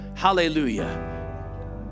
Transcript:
Hallelujah